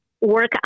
work